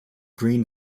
green